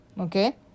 Okay